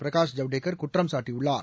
பிரகாஷ் ஜவ்டேகர் குற்றம் சாட்டியுள்ளார்